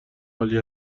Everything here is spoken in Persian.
عالی